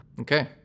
Okay